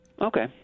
Okay